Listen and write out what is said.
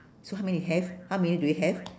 so how many you have how many do you have